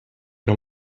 non